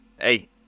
Hey